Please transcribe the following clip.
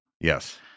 Yes